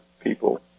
people